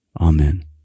Amen